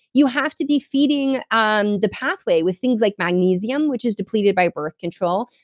you have to be feeding um the pathway with things like magnesium, which is depleted by birth control,